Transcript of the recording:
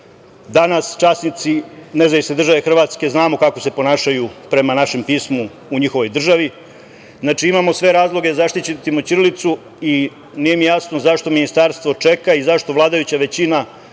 Danas časnici Nezavisne Države Hrvatske znamo kako se ponašaju prema našem pismu u njihovoj državi. Znači, imamo sve razloge da zaštitimo ćirilicu i nije mi jasno zašto ministarstvo čeka i zašto vladajuća većina